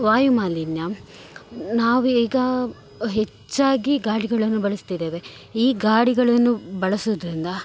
ವಾಯು ಮಾಲಿನ್ಯ ನಾವೇ ಈಗ ಹೆಚ್ಚಾಗಿ ಗಾಡಿಗಳನ್ನು ಬಳಸ್ತಿದ್ದೇವೆ ಈ ಗಾಡಿಗಳನ್ನು ಬಳಸೋದ್ರಿಂದ